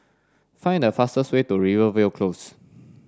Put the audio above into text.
find the fastest way to Rivervale Close